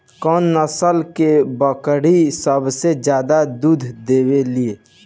कौन नस्ल की बकरी सबसे ज्यादा दूध देवेले?